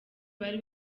bari